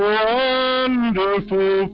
wonderful